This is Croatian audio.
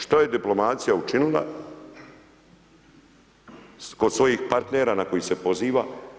Šta je diplomacija učinila kod svojih partnera na koji se poziva?